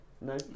No